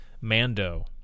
Mando